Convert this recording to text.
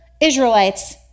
Israelites